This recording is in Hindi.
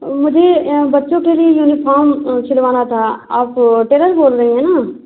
मुझे बच्चों के लिए यूनिफॉर्म सिलवाना था आप टेलर बोल रही है ना